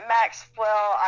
Maxwell